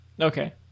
Okay